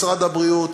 משרד הבריאות,